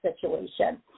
situation